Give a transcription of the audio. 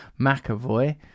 McAvoy